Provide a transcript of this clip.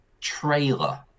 trailer